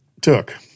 took